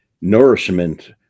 nourishment